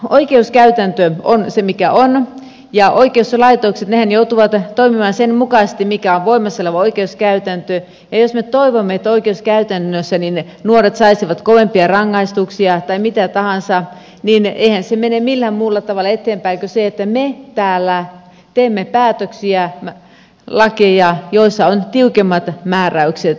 oikeuskäytäntö on se mikä on ja oikeuslaitoksethan joutuvat toimimaan sen mukaisesti mikä on voimassa oleva oikeuskäytäntö ja jos me toivomme että oikeuskäytännössä nuoret saisivat kovempia rangaistuksia tai mitä tahansa niin eihän se mene millään muulla tavalla eteenpäin kuin siten että me täällä teemme päätöksiä lakeja joissa on tiukemmat määräykset tuomioista